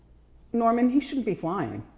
norman, he shouldn't be flying.